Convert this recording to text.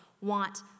want